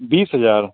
बीस हज़ार